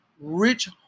rich